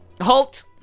Halt